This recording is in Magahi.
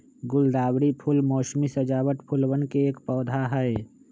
गुलदावरी फूल मोसमी सजावट फूलवन के एक पौधा हई